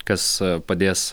kas padės